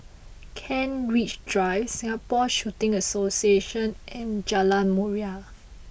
Kent Ridge Drive Singapore Shooting Association and Jalan Murai